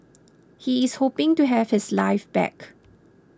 he is hoping to have his life back